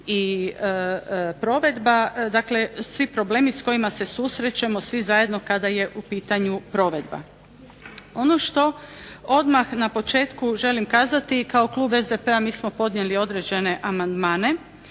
i provedba, dakle svi problemi s kojima se susrećemo svi zajedno kada je u pitanju provedba. Ono što odmah na početku želim kazati, kao klub SDP-a mi smo podnijeli određene amandmane